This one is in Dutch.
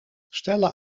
stella